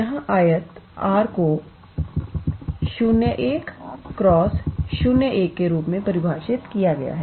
जहाँ आयत R को 01 × 01 के रूप में परिभाषित किया गया है